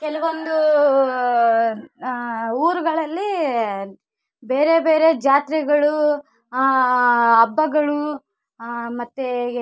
ಕೆಲವೊಂದು ಊರುಗಳಲ್ಲಿ ಬೇರೆ ಬೇರೆ ಜಾತ್ರೆಗಳು ಹಬ್ಬಗಳು ಮತ್ತು